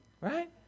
Right